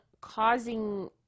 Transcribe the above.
causing